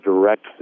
direct